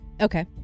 Okay